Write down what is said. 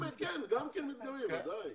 ודאי.